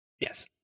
Yes